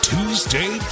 Tuesday